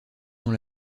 dans